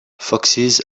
foxes